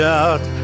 out